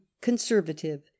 conservative